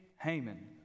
Haman